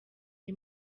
iyi